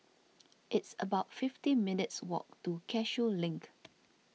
it's about fifty minutes' walk to Cashew Link